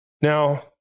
Now